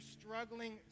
struggling